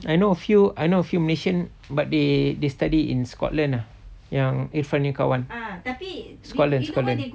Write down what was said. I know a few I know a few malaysian but they they study in scotland ah yang irfan punya kawan scotland scotland